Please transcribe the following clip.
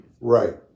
Right